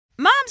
moms